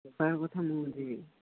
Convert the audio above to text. ବେପାର କଥା ମୁଁ ବୁଝିବି